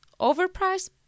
overpriced